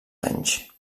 anys